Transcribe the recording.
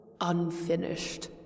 unfinished